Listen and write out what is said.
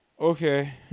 Okay